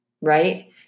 right